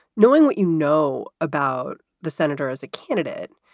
knowing what you know about the senator as a candidate.